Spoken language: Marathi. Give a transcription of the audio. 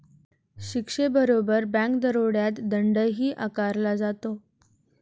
शिक्षेबरोबरच बँक दरोड्यात दंडही आकारला जातो